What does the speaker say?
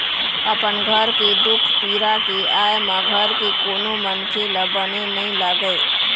अपन घर के दुख पीरा के आय म घर के कोनो मनखे ल बने नइ लागे